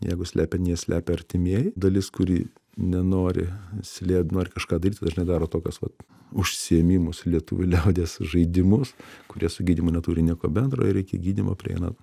jeigu slepia anie slepia artimieji dalis kuri nenori slėpt nori kažką daryt dažnai daro tokius vat užsiėmimus lietuvių liaudies žaidimus kurie su gydymu neturi nieko bendro ir iki gydymo prieina